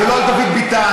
ולא על דוד ביטן,